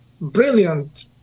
brilliant